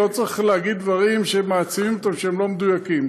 לא צריך להגיד דברים שמעצימים ושהם לא מדויקים,